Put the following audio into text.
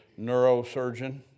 neurosurgeon